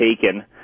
taken